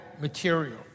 material